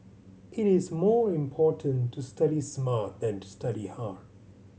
it is more important to study smart than to study hard